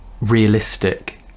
realistic